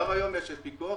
כבר היום יש לנו פיקוח,